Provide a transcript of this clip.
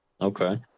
Okay